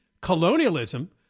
colonialism